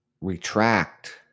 retract